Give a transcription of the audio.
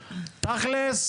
בעיקרון,